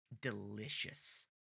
delicious